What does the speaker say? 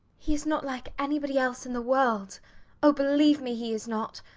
he is not like anybody else in the world oh, believe me, he is not.